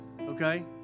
Okay